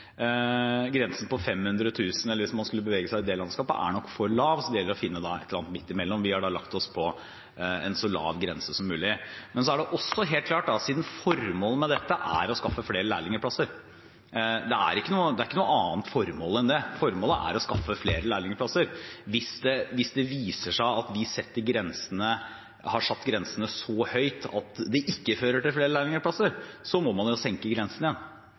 Grensen på 500 000 kr, om man skulle bevege seg i det landskapet, er nok for lav, så det gjelder å finne et eller annet nivå midt imellom. Vi har lagt oss på en så lav grense som mulig. Det er også helt klart at formålet med dette er å skaffe flere lærlingplasser. Det er ikke noe annet formål enn det. Formålet er å skaffe flere lærlingplasser. Hvis det viser seg at vi har satt grensen så høyt at det ikke fører til flere lærlingplasser, må man jo senke grensen igjen.